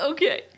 Okay